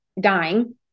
dying